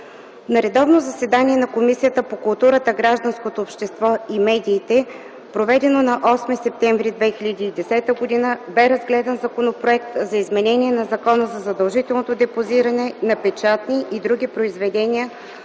На редовно заседание на Комисията по културата, гражданското общество и медиите, проведено на 8 септември 2010 г. бе разгледан Законопроект за изменение на Закона за задължителното депозиране на печатни и други произведения,